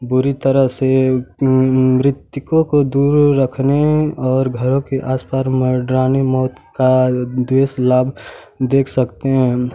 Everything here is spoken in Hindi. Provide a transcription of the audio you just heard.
बुरी तरह से कि मृतकों को दूर रखने और घरों के आस पास मंडराने मौत का द्वेष लाभ देख सकते हैं